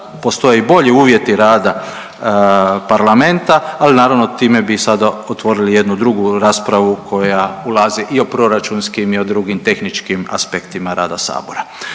postoje i bolji uvjeti rada parlamenta, ali naravno time bi sada otvorili jednu drugu raspravu koja ulazi i o proračunskim i o drugim tehničkim aspektima rada sabora.